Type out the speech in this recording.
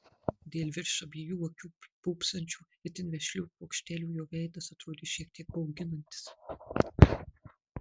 dėl virš abiejų akių pūpsančių itin vešlių kuokštelių jo veidas atrodė šiek tiek bauginantis